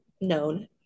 known